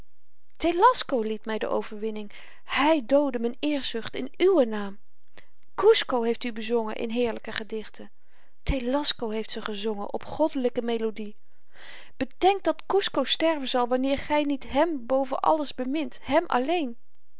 telasco liet my de overwinning hy doodde z'n eerzucht in uwen naam kusco heeft u bezongen in heerlyke gedichten telasco heeft ze gezongen op goddelyke melodie bedenk dat kusco sterven zal wanneer gy niet hem boven alles bemint hem alleen